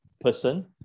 person